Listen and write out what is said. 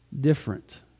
different